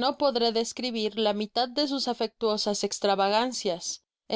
no podré deseribir h mitad áe sus afeetotfsaí estravagancias